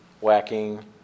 whacking